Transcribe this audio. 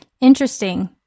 Interesting